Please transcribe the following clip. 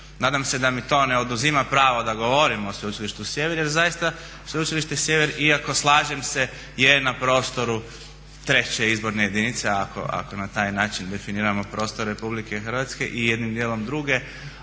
nadam se da mi to ne oduzima pravo da govorim o Sveučilištu Sjever jer zaista Sveučilište Sjever iako slažem se je na prostoru treće izborne jedinice ako na taj način definiramo prostor RH i jednim djelom druge,